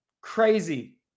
Crazy